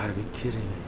be kidding